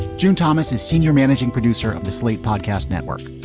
june thomas is senior managing producer of the slate podcast network.